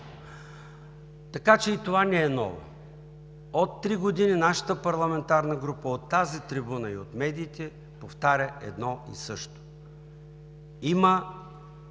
Така че и това не е ново. От три години нашата парламентарна група от тази трибуна и от медиите повтаря едно и също: има